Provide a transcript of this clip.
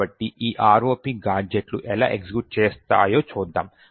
కాబట్టి ఈ ROP గాడ్జెట్లు ఎలా ఎగ్జిక్యూట్ చేస్తాయో చూద్దాం